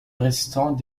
restants